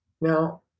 Now